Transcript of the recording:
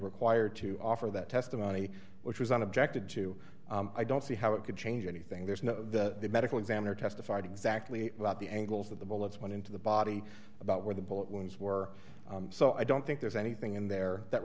required to offer that testimony which was on objected to i don't see how it could change anything there's no the medical examiner testified exactly about the angles that the bullets went into the body about where the bullet wounds were so i don't think there's anything in there that